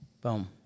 Boom